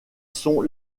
sont